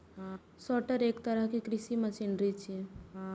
sorter एक तरहक कृषि मशीनरी छियै